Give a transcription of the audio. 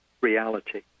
reality